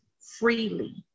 freely